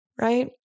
right